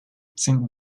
saint